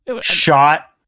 shot